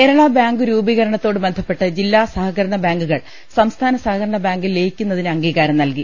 Kerala bank രൂപീകരണത്തോട് ബന്ധപ്പെട്ട് ജില്ലാ സഹകരണ ബാങ്കുകൾ സംസ്ഥാന സഹകരണ ബാങ്കിൽ ലയിക്കുന്നതിന് അംഗീ കാരം നൽകി